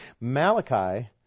Malachi